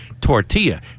tortilla